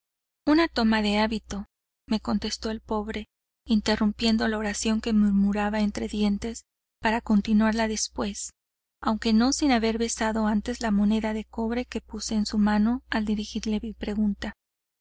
una toma de hábito me contestó el pobre interrumpiendo la oración que murmuraba entre dientes para continuarla después aunque no sin haber besado antes la moneda de cobre que puse en su mano al dirigirle mi pregunta